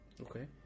Okay